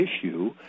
issue